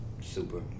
Super